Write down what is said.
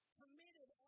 committed